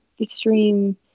extreme